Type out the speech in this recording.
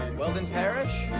weldon parish?